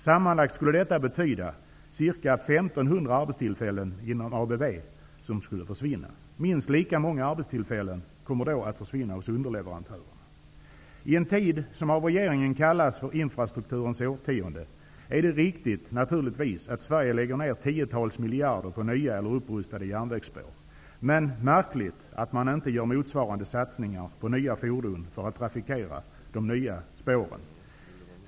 Sammanlagt skulle detta betyda att ca 1 500 arbetstillfällen inom ABB skulle försvinna. Minst lika många arbetstillfällen kommer då att försvinna hos underleverantörerna. I en tid som av regeringen kallas för ''Infrastrukturens årtionde'' är det naturligtvis riktigt att Sverige lägger ner tiotals miljarder på nya eller upprustade järnvägsspår. Men det är märkligt att man inte gör motsvarande satsningar på nya fordon för att trafikera de nya spåren.